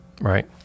right